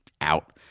Out